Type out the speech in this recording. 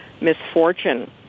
misfortune